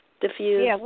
diffuse